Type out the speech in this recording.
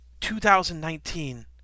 2019